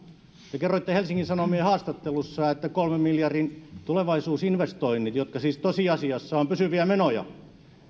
kerroitte helsingin sanomien haastattelussa että kolmen miljardin tulevaisuusinvestoinnit jotka siis tosiasiassa ovat pysyviä menoja